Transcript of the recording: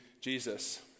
Jesus